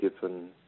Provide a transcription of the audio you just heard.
given